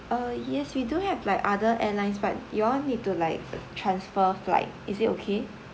uh yes we do have like other airlines but you all need to like transfer flight is it okay